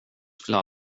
skulle